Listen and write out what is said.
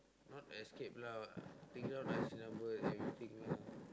not escape lah take down I_C number and everything lah